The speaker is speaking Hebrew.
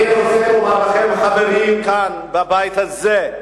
אני רוצה לומר לכם, חברים, כאן, בבית הזה: